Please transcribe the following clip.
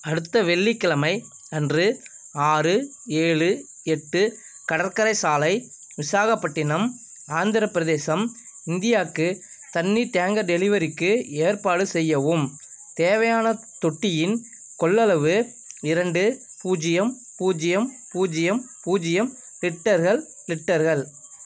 அடுத்த வெள்ளிக் கிழமை அன்று ஆறு ஏழு எட்டு கடற்கரை சாலை விசாகப்பட்டினம் ஆந்திரப் பிரதேசம் இந்தியாவுக்கு தண்ணீர் டேங்கர் டெலிவரிக்கு ஏற்பாடு செய்யவும் தேவையான தொட்டியின் கொள்ளளவு இரண்டு பூஜ்ஜியம் பூஜ்ஜியம் பூஜ்ஜியம் பூஜ்ஜியம் லிட்டர்கள் லிட்டர்கள்